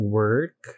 work